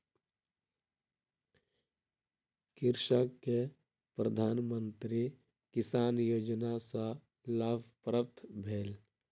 कृषक के प्रधान मंत्री किसान योजना सॅ लाभ प्राप्त भेल